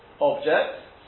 objects